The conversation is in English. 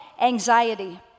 anxiety